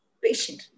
patient